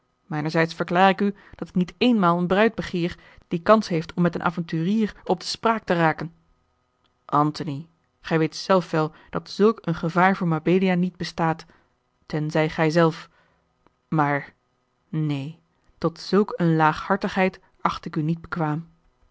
mijnerzijds verklaar ik u dat ik niet eenmaal eene bruid begeer die kans heeft om met een avonturier op de spraak te raken antony gij weet zelf wel dat zulk een gevaar voor mabelia niet bestaat tenzij gij zelf maar neen tot zulk een laaghartigheid acht ik u niet bekwaam